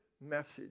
message